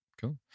Cool